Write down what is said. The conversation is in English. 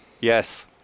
Yes